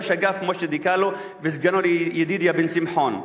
ראש האגף משה דקלו וסגנו ידידיה בן-שמחון,